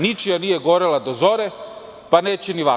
Ničija nije gorela do zore, pa neće ni vaša.